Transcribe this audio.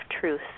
truth